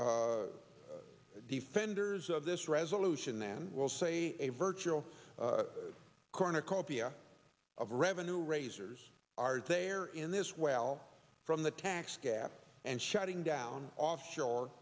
defenders of this resolution then we'll say a virtual cornucopia of revenue raisers are there in this well from the tax gap and shutting down offshore